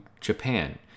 Japan